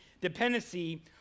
dependency